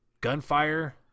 gunfire